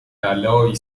بلایی